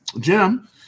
jim